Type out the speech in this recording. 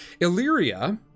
Illyria